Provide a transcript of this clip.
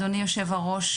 אדוני יושב הראש,